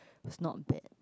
it's not bad